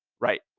right